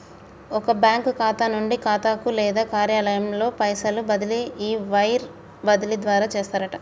ఒక బ్యాంకు ఖాతా నుండి ఖాతాకు లేదా కార్యాలయంలో పైసలు బదిలీ ఈ వైర్ బదిలీ ద్వారా చేస్తారట